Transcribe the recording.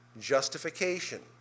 Justification